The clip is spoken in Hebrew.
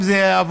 אם זה יעבור,